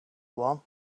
one